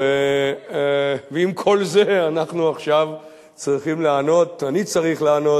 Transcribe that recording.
ועם כל זה עכשיו אני צריך לענות